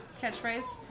catchphrase